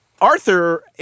Arthur